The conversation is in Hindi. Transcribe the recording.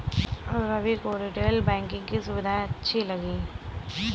रवि को रीटेल बैंकिंग की सुविधाएं अच्छी लगी